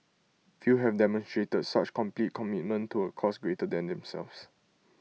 few have demonstrated such complete commitment to A cause greater than themselves